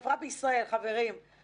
אנחנו מקבלים גם ניטורים מהשב"כ באופן שוטף.